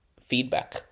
feedback